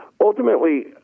ultimately